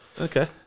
Okay